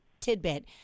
tidbit